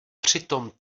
přitom